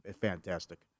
fantastic